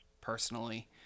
personally